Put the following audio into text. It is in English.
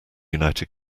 united